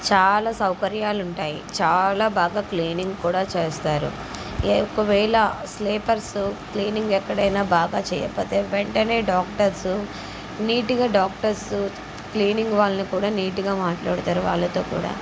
చాలా సౌకర్యాలు ఉంటాయి చాలా బాగా క్లీనింగ్ కూడా చేస్తారు ఒకవేళ స్లీపర్స్ క్లీనింగ్ ఎక్కడైనా బాగా చేయకపోతే వెంటనే డాక్టర్స్ నీటుగా డాక్టర్స్ క్లీనింగ్ వాళ్ళని కూడా నీటుగా మాట్లాడతారు వాళ్ళతో కూడా